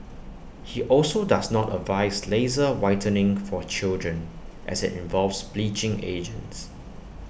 he also does not advise laser whitening for children as IT involves bleaching agents